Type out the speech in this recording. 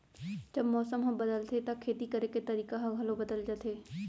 जब मौसम ह बदलथे त खेती करे के तरीका ह घलो बदल जथे?